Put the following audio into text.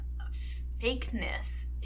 fakeness